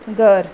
घर